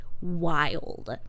wild